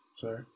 Sorry